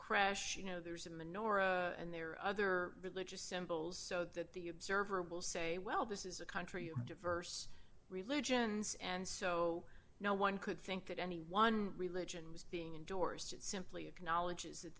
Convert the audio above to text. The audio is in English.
crash you know there's a menorah and there are other religious symbols so that the observer will say well this is a country diverse religions and so no one could think that any one religion was being endorsed it simply acknowledge is that